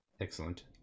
Excellent